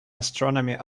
astronomy